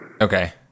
Okay